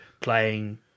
playing